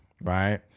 right